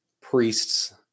priests